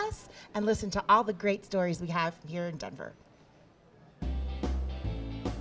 us and listen to all the great stories we have here in denver